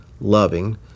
loving